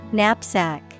Knapsack